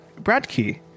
Bradkey